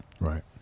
Right